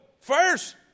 first